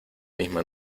misma